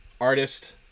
artist